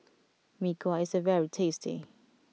Mee Kuah is very tasty